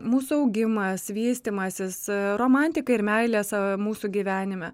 mūsų augimas vystymasis romantika ir meilė sa mūsų gyvenime